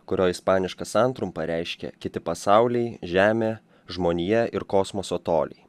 kurio ispaniška santrumpa reiškia kiti pasauliai žemė žmonija ir kosmoso toliai